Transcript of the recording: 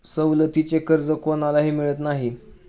सवलतीचे कर्ज कोणालाही मिळत नाही